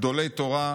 גדולי תורה,